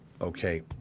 okay